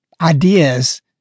ideas